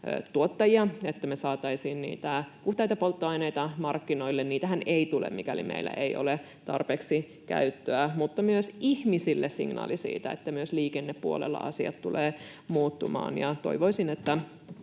tuottajia, että me saataisiin niitä puhtaita polttoaineita markkinoille — niitähän ei tule, mikäli meillä ei ole tarpeeksi käyttöä — mutta myös ihmisille signaali siitä, että myös liikennepuolella asiat tulevat muuttumaan. Toivoisin, että